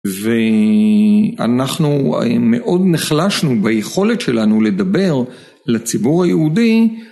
ואנחנו מאוד נחלשנו ביכולת שלנו לדבר לציבור היהודי...